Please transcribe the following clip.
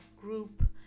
group